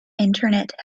internet